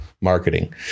marketing